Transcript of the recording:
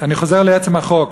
אני חוזר לעצם החוק,